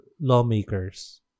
lawmakers